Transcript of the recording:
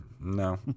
No